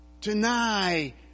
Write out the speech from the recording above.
Deny